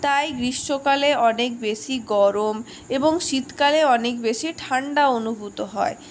তাই গ্রীষ্মকালে অনেক বেশি গরম এবং শীতকালে অনেক বেশি ঠান্ডা অনুভূত হয়